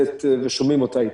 מכובדת ושומעים אותה היטב.